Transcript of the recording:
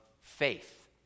faith